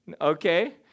Okay